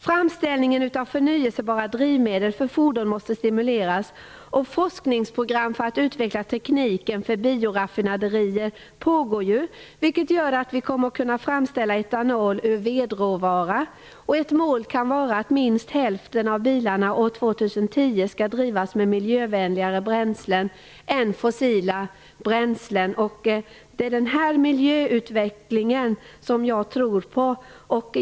Framställningen av förnyelsebara drivmedel för fordon måste stimuleras. Forskningsprogram för att utveckla tekniken för bioraffinaderier pågår, vilket gör att vi kommer att kunna framställa etanol ur vedråvara. Ett mål kan vara att minst hälften av bilarna år 2010 skall drivas med miljövänligare bränslen än fossila bränslen. Det är denna miljöutveckling som jag tror på.